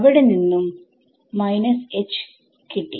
അവിടെ നിന്നും കിട്ടി